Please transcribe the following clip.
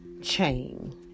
chain